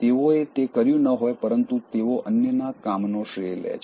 તેઓએ તે કર્યું ન હોય પરંતુ તેઓ અન્યના કામનો શ્રેય લે છે